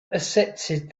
accepted